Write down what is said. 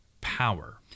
Power